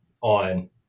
on